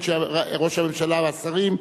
ראש הממשלה והשרים,